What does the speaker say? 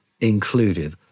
included